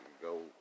go